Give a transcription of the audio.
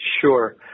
Sure